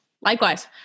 Likewise